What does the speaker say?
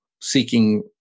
Seeking